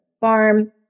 farm